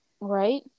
Right